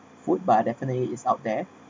food but I definitely is out there